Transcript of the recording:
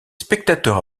spectateurs